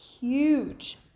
huge